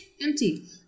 empty